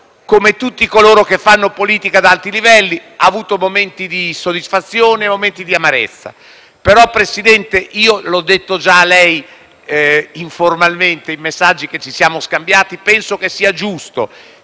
come tutti coloro che fanno politica ad alti livelli, egli ha avuto momenti di soddisfazione e momenti di amarezza,